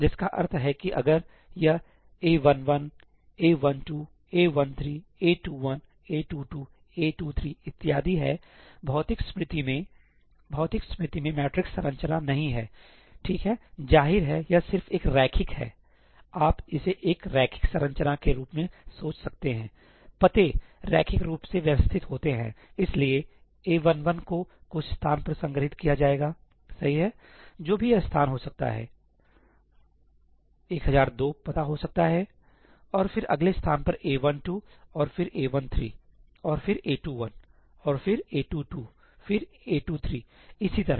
जिसका अर्थ है कि अगर यह a11 a12 a13 a21 a22 a23 इत्यादि हैभौतिक स्मृति में भौतिक स्मृति में मैट्रिक्स संरचना नहीं है ठीक हैजाहिर है यह सिर्फ एक रैखिक है आप इसे एक रैखिक संरचना के रूप में सोच सकते हैं पते रैखिक रूप से व्यवस्थित होते हैं इसलिए a11 को कुछ स्थान पर संग्रहीत किया जाएगासही है जो भी यह स्थान हो सकता है 1002 पता हो सकता है और फिर अगले स्थान पर a12 और फिर a13 और फिर a21 और फिर a22 फिरa23 और इसी तरह